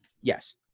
Yes